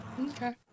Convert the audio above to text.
Okay